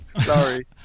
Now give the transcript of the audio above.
Sorry